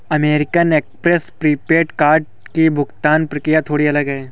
American Express prepaid card की भुगतान प्रक्रिया थोड़ी अलग है